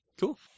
Cool